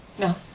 No